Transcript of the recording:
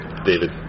David